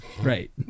Right